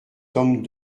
tome